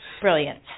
brilliant